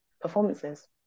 performances